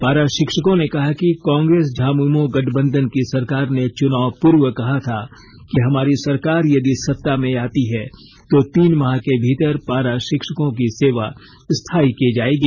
पारा शिक्षकों ने कहा कि कांग्रेस झामुमो गठबंधन की सरकार ने चुनाव पूर्व कहा था कि हमारी सरकार यदि सत्ता में आती है तो तीन माह के भीतर पारा शिक्षकों की सेवा स्थायी की जायेगी